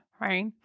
right